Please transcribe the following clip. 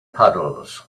puddles